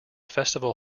festival